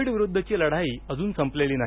Covid विरुद्धची लढाई अजून संपलेली नाही